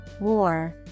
war